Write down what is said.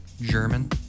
german